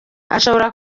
ashobora